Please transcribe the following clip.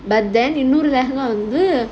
but then you know வந்து:vandhu